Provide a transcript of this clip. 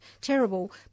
terrible